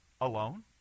alone